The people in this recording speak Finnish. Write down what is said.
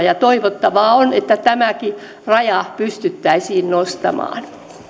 ja toivottavaa on että tämäkin raja pystyttäisiin nostamaan